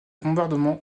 bombardements